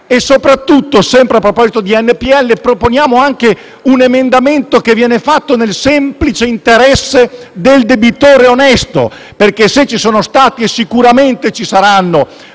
Soprattutto, sempre a proposito di NPL, proponiamo anche un emendamento nel semplice interesse del debitore onesto perché, se ci sono stati - e sicuramente ci saranno